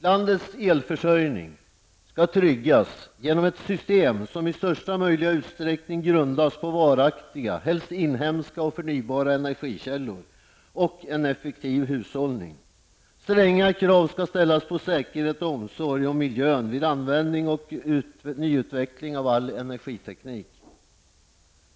Landets elförsörjning skall tryggas genom ett system som i största möjliga utsträckning grundas på varaktiga, helst inhemska, och förnybara energikällor och en effektiv hushållning. Stränga krav skall ställas på säkerhet och omsorg om miljön vid användning och nyutveckling av all energiteknik.